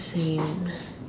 same